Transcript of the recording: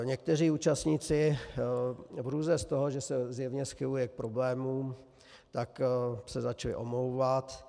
Někteří účastníci v hrůze z toho, že se zjevně schyluje k problémům, tak se začali omlouvat.